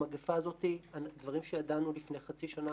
במגפה דברים שידענו לפני חצי שנה